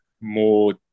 more